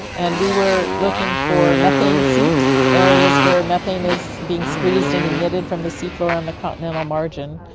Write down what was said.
and we were looking for methane seeps, areas where methane is being squeezed and emitted from the seafloor on the continental margin.